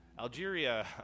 Algeria